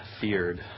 feared